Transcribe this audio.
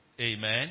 Amen